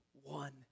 one